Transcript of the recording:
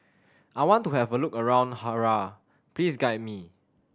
I want to have a look around Harare please guide me